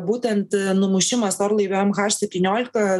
būtent numušimas orlaiviam h septyniolika